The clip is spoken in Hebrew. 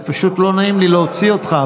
זה פשוט לא נעים לי להוציא אותך,